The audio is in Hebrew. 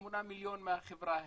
8 מיליון מהחברה ההיא,